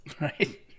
Right